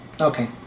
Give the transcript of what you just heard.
Okay